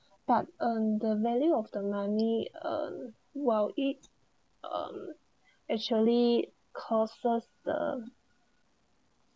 but um the value of the money um will eat um actually causes the